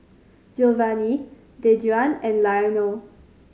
giovanny Dejuan and Lionel